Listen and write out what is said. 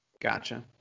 gotcha